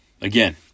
Again